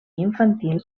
infantil